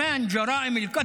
(חוזר על הדברים